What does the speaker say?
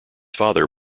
father